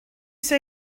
say